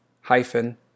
hyphen